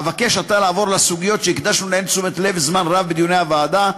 אבקש עתה לעבור לסוגיות שהקדשנו להן תשומת לב וזמן רב בדיוני הוועדה,